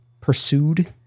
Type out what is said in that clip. pursued